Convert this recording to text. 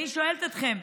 אני שואלת אתכם,